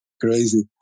Crazy